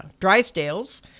Drysdales